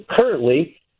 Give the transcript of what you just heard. currently